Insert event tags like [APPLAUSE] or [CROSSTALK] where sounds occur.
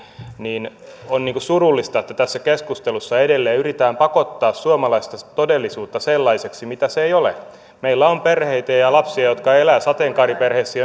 niin on surullista että tässä keskustelussa edelleen yritetään pakottaa suomalaista todellisuutta sellaiseksi mitä se ei ole meillä on perheitä ja ja lapsia jotka elävät sateenkaariperheissä [UNINTELLIGIBLE]